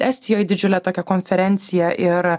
estijoj didžiulę tokią konferenciją ir